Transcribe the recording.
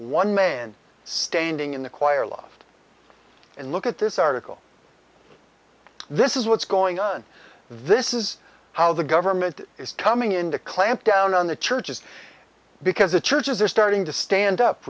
one man standing in the choir loft and look at this article this is what's going on this is how the government is coming in to clamp down on the churches because the churches are starting to stand up